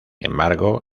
embargo